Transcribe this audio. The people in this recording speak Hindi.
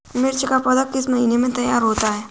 मिर्च की पौधा किस महीने में तैयार होता है?